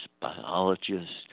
biologists